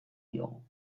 diogu